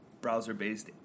browser-based